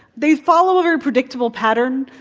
they follow a very predictable pattern.